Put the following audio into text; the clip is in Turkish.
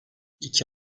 i̇ki